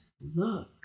look